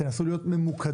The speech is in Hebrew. תנסו להיות ממוקדים,